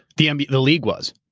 the nba, the league was?